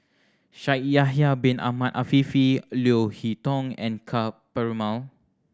Shaikh Yahya Bin Ahmed Afifi Leo Hee Tong and Ka Perumal